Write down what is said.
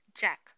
jack